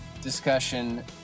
discussion